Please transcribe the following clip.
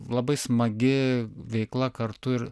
labai smagi veikla kartu ir